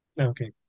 Okay